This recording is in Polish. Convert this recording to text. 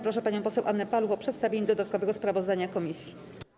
Proszę panią poseł Annę Paluch o przedstawienie dodatkowego sprawozdania komisji.